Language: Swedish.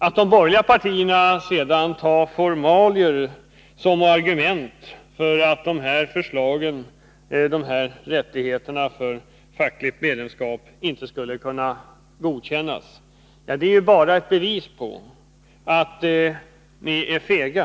Att de borgerliga partierna sedan anför formalia som argument för att de här förslagen, de här rättigheterna när det gäller fackligt medlemskap, inte skall godkännas är ju bara ett bevis på att ni är fega.